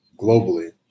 globally